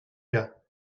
gars